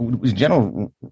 General